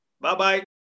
Bye-bye